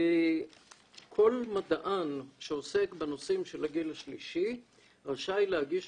כל מדען שעוסק בנושאים של הגיל השלישי רשאי להגיש